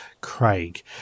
Craig